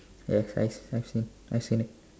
ya I I see I see